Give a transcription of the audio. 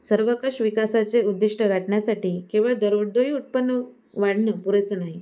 सर्वंकष विकासाचे उद्दिष्ट गाठण्यासाठी केवळ दरडोई उत्पन्न वाढणं पुरेसं नाही